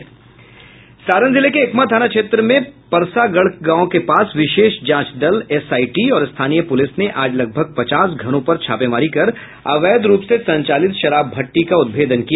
सारण जिले के एकमा थाना क्षेत्र में परसागढ गांव के पास विशेष जांच दल एसआईटी और स्थानीय पुलिस ने आज लगभग पचास घरों पर छापेमारी कर अवैध रूप से संचालित शराब भट्टी का उद्भेदन किया